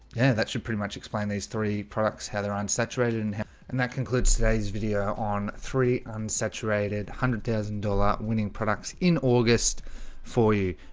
yeah, that should pretty much explain these three products heather unsaturated and and that concludes today's video on three unsaturated one hundred thousand dollars winning products in august for you.